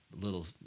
little